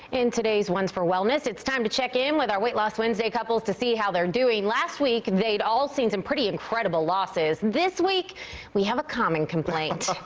in today's wants for wellness it is time to check in with our weight loss wednesday couples to see how they are doing. last week they had all seen pretty incredible losses. this week we have a common complaint.